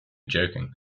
joking